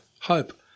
hope